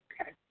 Okay